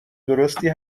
درستی